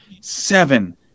seven